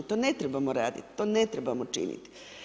To ne trebamo raditi, to ne trebamo činiti.